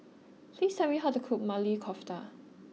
please tell me how to cook Maili Kofta